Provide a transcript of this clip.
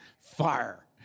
Fire